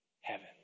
Heaven